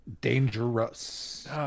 Dangerous